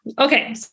Okay